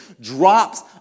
drops